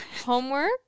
Homework